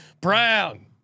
Brown